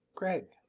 gregg!